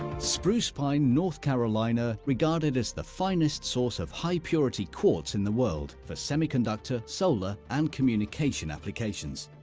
spruce pine, north carolina, regarded as the finest source of high purity quartz in the world, the semiconductor, solar and communication applications.